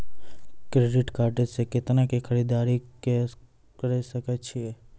Credit card से कितना के खरीददारी करे सकय छियै?